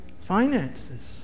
finances